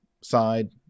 side